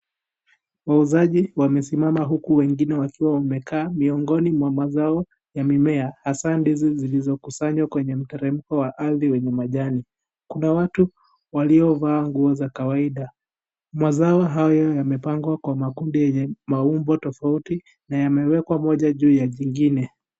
Wauzaji wamesimama huku wengine wakiwa wamekaa miongoni mwa mazao ya mimea hasaa ndizi zilizokusanywa kwenye mteremko wa ardhi wenye majani kuna watu waliovaa nguo za kawaida mazao haya yamepangwa kwa makundi maumbo tofauti na yamewekwa mmoja juu ya jingine.